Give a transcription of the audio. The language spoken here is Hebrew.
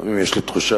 לפעמים יש לי תחושה,